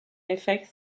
effect